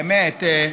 באמת,